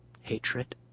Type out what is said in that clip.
hatred